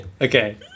Okay